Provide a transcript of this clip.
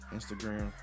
Instagram